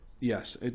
Yes